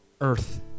earth